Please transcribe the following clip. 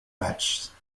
matches